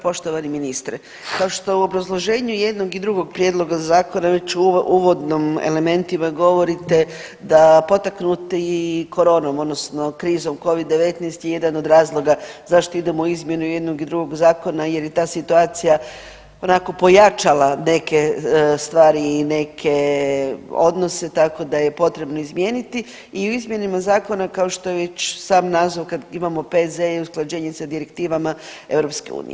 Poštovani ministre kao što u obrazloženju jednog i drugog prijedloga zakona već u uvodnim elementima govorite da potaknuti koronom odnosno krizom Covid-19 je jedan od razloga zašto idemo u izmjenu jednog i drugog zakona jer je ta situacija onako pojačala neke stvari i neke odnose tako da je potrebno izmijeniti i u izmjenama zakona kao što već sami naziv kad imamo P.Z.E. i usklađenje sa direktivama EU.